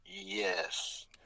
Yes